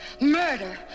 Murder